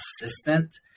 assistant